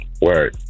word